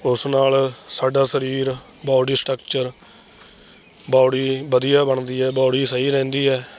ਉਸ ਨਾਲ ਸਾਡਾ ਸਰੀਰ ਬੌਡੀ ਸਟਰਕਚਰ ਬੌਡੀ ਵਧੀਆ ਬਣਦੀ ਹੈ ਬੌਡੀ ਸਹੀ ਰਹਿੰਦੀ ਹੈ